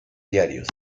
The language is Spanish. diarios